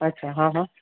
અચ્છા હ હ